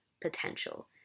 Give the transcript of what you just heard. potential